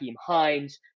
Hines